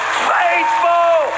faithful